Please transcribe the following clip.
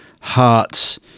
hearts